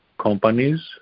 companies